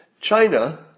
China